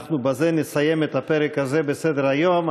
בזה נסיים את הפרק הזה בסדר-היום.